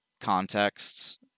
contexts